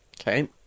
okay